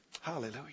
Hallelujah